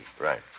Right